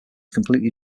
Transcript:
completely